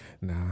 Nah